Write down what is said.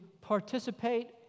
participate